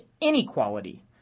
inequality